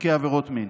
בתיקי עבירות מין.